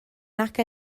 nac